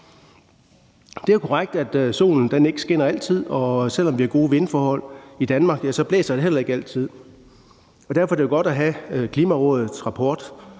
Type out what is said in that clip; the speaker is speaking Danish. Det er korrekt, at solen ikke skinner altid, og selv om vi har gode vindforhold i Danmark, blæser det heller ikke altid. Derfor er det godt at have Klimarådets rapport